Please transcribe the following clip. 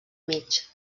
mig